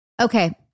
Okay